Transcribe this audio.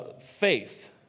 faith